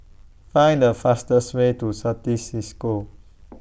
Find The fastest Way to Certis CISCO